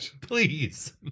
Please